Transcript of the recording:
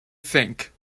think